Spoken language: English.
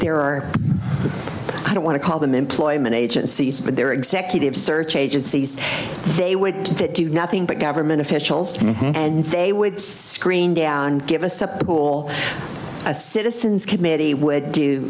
there are i don't want to call them employment agencies but their executive search agencies they wouldn't do nothing but government officials and they would screen down give us a pool as citizens committee would do